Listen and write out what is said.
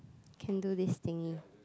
can do this thingy